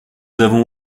avons